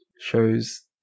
shows